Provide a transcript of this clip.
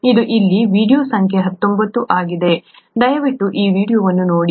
ಇದು ಇಲ್ಲಿ ವೀಡಿಯೊ ಸಂಖ್ಯೆ 19 ಆಗಿದೆ ದಯವಿಟ್ಟು ಆ ವೀಡಿಯೊವನ್ನು ನೋಡಿ